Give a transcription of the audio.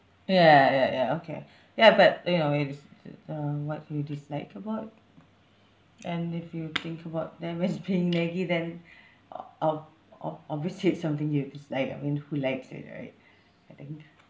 ya ya ya okay ya but you know it's uh what you dislike about and if you think about them as being naggy then uh o~ ob~ ob~ obviously it's something you'll dislike I mean who likes it right I think